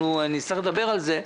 נצטרך לדבר על זה.